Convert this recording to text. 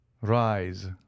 rise